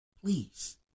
please